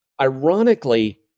ironically